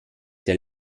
der